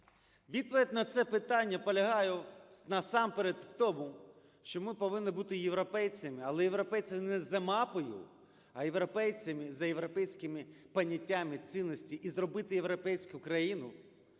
Відповідь на це питання полягає насамперед у в тому, що ми повинні бути європейцями, але європейці не за мапою, а європейцями – за європейськими поняттями, цінностями і зробити європейську країну.